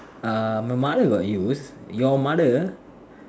err my mother got use your mother